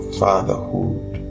fatherhood